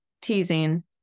teasing